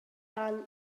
dan